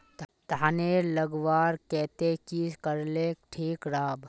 धानेर लगवार केते की करले ठीक राब?